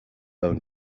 own